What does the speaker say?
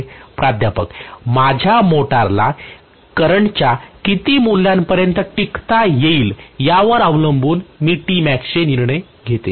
प्राध्यापक माझ्या मोटारला करंटच्या किती मूल्यापर्यंत टिकता येईल यावर अवलंबून मी चे निर्णय घेते